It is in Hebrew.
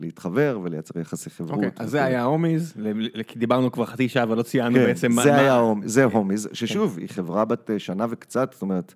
להתחבר ולייצר יחסי חברות. אוקיי, אז זה היה הומיז, דיברנו כבר חצי שעה, אבל לא ציינו בעצם מה היה Hommies. זה Hommies, ששוב, היא חברה בת שנה וקצת, זאת אומרת.